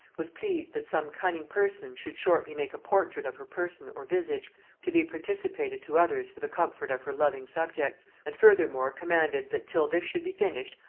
was pleased that some cunning person should shortly make a portrait of her person or visage to be participated to others for the comfort of her loving subjects and furthermore commanded, that till this should be finished,